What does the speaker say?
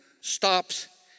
stops